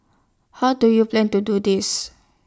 how do you plan to do this